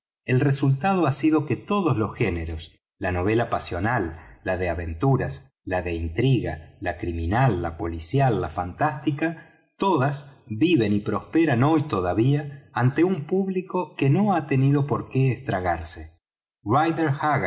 el resultado ha sido que todos los géneros la novela pasional la de aventuras la de intriga la criminal la policial la fantástica todas viven y prosperan hoy todavía ante un público que no ha tenido por qué estragarse